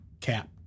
cap